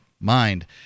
mind